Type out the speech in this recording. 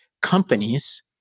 companies